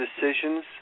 decisions